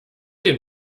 den